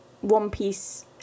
one-piece